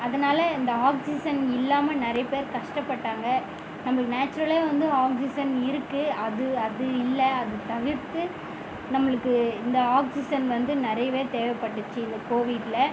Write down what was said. அதனால் இந்த ஆக்சிஜன் இல்லாமல் நிறைய பேர் கஷ்டப்பட்டாங்க நம்மளுக்கு நேச்சுரில் வந்து ஆக்ஸிஜன் இருக்குது அது அது இல்லை அது தவிர்த்து நம்மளுக்கு இந்த ஆக்சிஜன் வந்து நிறையவே தேவைப்பட்டுச்சு இந்த கோவிட்டில்